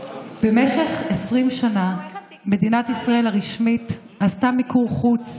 במשך 20 שנה מדינת ישראל הרשמית עשתה מיקור חוץ